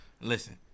Listen